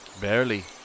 barely